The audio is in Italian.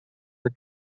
nel